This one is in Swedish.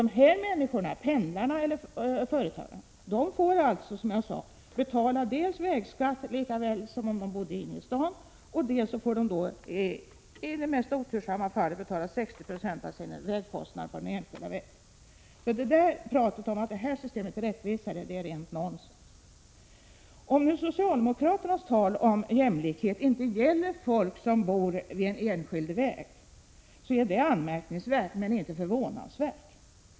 De här människorna, pendlarna eller företagarna, får som jag sade betala dels vägskatt lika väl som om de bodde inne i staden, dels i värsta fall 60 96 av kostnaden för den enskilda vägen. Pratet om att det systemet är rättvisare är rent nonsens. Om nu socialdemokraternas tal om jämlikhet inte gäller folk som bor vid en enskild väg, är det anmärkningsvärt men inte förvånansvärt.